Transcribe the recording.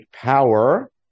power